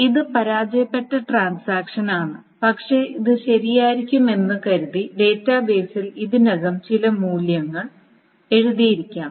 ഇത് പരാജയപ്പെട്ട ട്രാൻസാക്ഷനാണ് പക്ഷേ ഇത് ശരിയായിരിക്കുമെന്ന് കരുതി ഡാറ്റാബേസിൽ ഇതിനകം ചില മൂല്യങ്ങൾ എഴുതിയിരിക്കാം